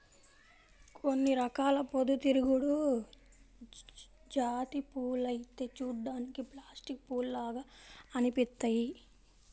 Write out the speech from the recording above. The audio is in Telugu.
కొన్ని రకాల పొద్దుతిరుగుడు జాతి పూలైతే చూడ్డానికి ప్లాస్టిక్ పూల్లాగా అనిపిత్తయ్యి